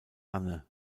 anne